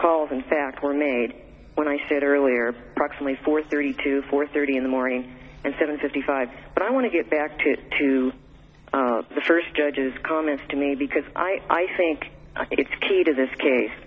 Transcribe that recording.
calls in fact were made when i said earlier proximately four three to four thirty in the morning and seven fifty five but i want to get back to to the first judge's comments to me because i think it's key to this case